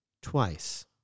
twice